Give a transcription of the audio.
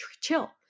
chill